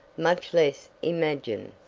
much less imagined.